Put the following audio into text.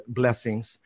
blessings